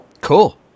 Cool